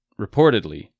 reportedly